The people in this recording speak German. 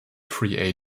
free